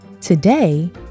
Today